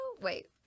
wait